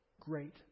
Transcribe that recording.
Great